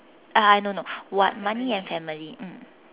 uh no no no what money and family mm